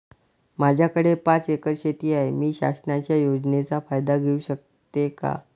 माझ्याकडे पाच एकर शेती आहे, मी शासनाच्या योजनेचा फायदा घेऊ शकते का?